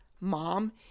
mom